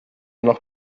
noch